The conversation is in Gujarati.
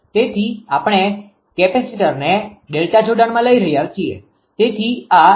તેથી આપણે કેપેસિટરને ડેલ્ટા જોડાણમાં લઈ રહ્યા છીએ